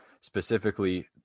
specifically